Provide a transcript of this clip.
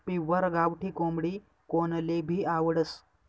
pure गावठी कोंबडी कोनलेभी आवडस